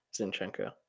Zinchenko